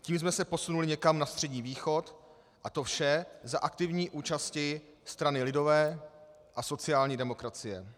Tím jsme se posunuli někam na Střední východ, a to vše za aktivní účasti strany lidové a sociální demokracie.